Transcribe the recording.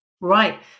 Right